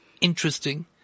interesting